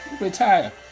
Retire